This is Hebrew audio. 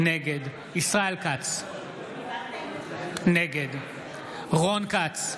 נגד ישראל כץ, נגד רון כץ,